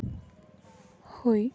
ᱦᱳᱭ